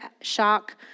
shock